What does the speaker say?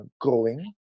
growing